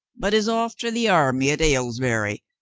but is off to the army at aylesbury,